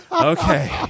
okay